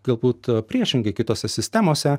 galbūt priešingai kitose sistemose